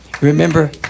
Remember